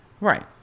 Right